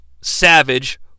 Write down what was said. Savage